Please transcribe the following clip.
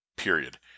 Period